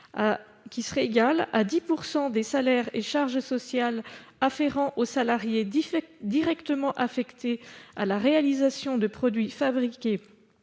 France », égal à 10 % des salaires et charges sociales afférents aux salariés directement affectés à la réalisation de produits fabriqués